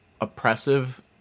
oppressive